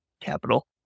capital